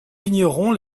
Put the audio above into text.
vigneron